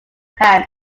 hands